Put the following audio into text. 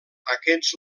aquests